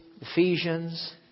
Ephesians